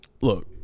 Look